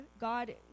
God